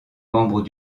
membres